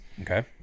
Okay